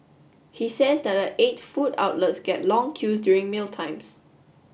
he says that the eight food outlets get long queues during mealtimes